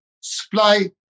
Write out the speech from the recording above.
supply